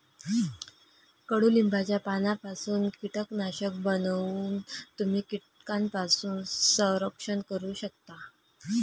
कडुलिंबाच्या पानांपासून कीटकनाशक बनवून तुम्ही कीटकांपासून संरक्षण करू शकता